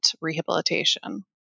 rehabilitation